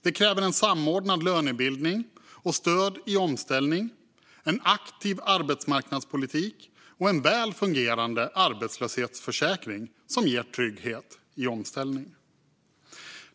Det kräver en samordnad lönebildning och stöd i omställning, en aktiv arbetsmarknadspolitik och en väl fungerande arbetslöshetsförsäkring som ger trygghet i omställning.